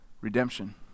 Redemption